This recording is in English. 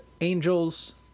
angels